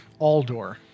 Aldor